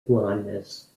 blindness